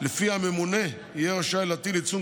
שלפיה הממונה יהיה רשאי להטיל עיצום